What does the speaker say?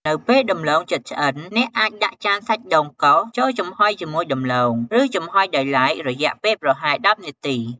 នៅពេលដំឡូងជិតឆ្អិន អ្នកអាចដាក់ចានសាច់ដូងកោសចូលចំហុយជាមួយដំឡូង ឬចំហុយដោយឡែករយៈពេលប្រហែល ១០ នាទី។